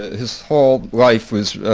his whole life was